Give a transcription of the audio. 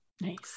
Nice